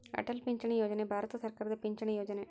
ಅಟಲ್ ಪಿಂಚಣಿ ಯೋಜನೆ ಭಾರತ ಸರ್ಕಾರದ ಪಿಂಚಣಿ ಯೊಜನೆ